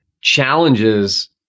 challenges